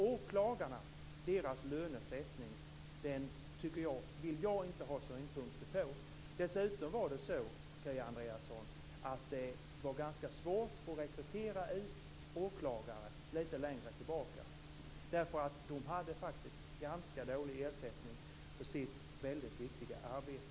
Åklagarnas lönesättning vill jag inte ha synpunkter så. Dessutom, Kia Andreasson, var det lite längre tillbaka ganska svårt att rekrytera åklagare. De hade faktiskt ganska dålig ersättning för sitt väldigt viktiga arbete.